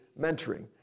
mentoring